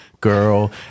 girl